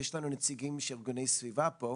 יש לנו נציגים של ארגוני סביבה פה.